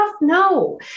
No